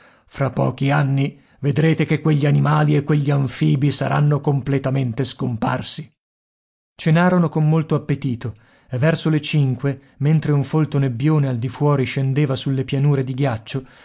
fra pochi anni vedrete che quegli animali e quegli anfibi saranno completamente scomparsi cenarono con molto appetito e verso le cinque mentre un folto nebbione al di fuori scendeva sulle pianure di ghiaccio